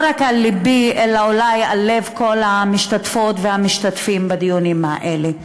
לא רק על לבי אלא אולי על לב כל המשתתפות והמשתתפים בדיונים האלה.